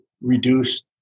reduce